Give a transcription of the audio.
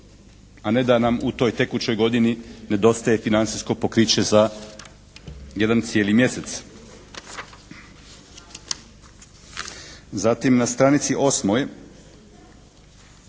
a ne da nam u toj tekućoj godini nedostaje financijsko pokriće za jedan cijeli mjesec.